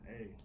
hey